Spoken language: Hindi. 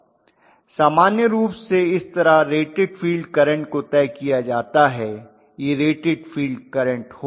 सामान्य रूप से इस तरह रेटेड फील्ड करंट को तय किया जाता है यह रेटेड फील्ड करंट होगा